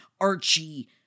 Archie